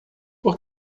por